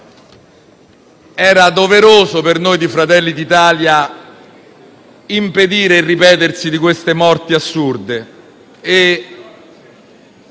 Era doveroso, per noi di Fratelli d'Italia, impedire il ripetersi di queste morti assurde